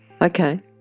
Okay